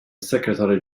secretary